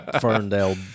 Ferndale